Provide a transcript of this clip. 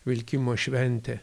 vilkimo šventė